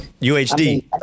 UHD